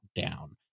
down